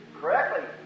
Correctly